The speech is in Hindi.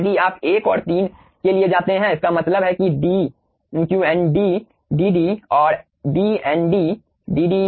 यदि आप 1 और 3 के लिए जाते हैं इसका मतलब है कि dq n dd और d n dd